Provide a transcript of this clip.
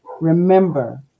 remember